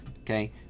Okay